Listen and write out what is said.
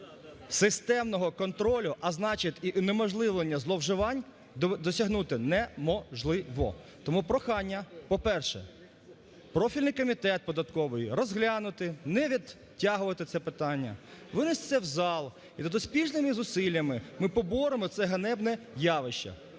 системного контролю, а значить і унеможливлення зловживань, досягнути неможливо. Тому прохання, по-перше, профільний комітет податковий розглянути, не відтягувати це питання, виносити в зал, і успішними зусиллями ми поборемо це ганебне явище.